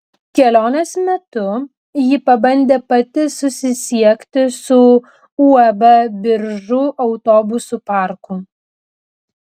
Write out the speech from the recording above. kelionės metu ji pabandė pati susisiekti su uab biržų autobusų parku